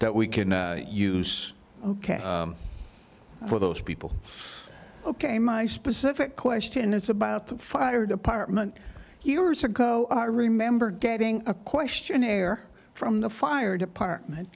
that we can use ok for those people ok my specific question is about the fire department years ago i remember getting a questionnaire from the fire department